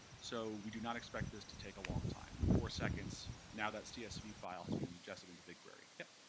so we do not expect this to take a long time. in four seconds, now that csv file has been ingested into bigquery. yep?